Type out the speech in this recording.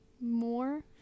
more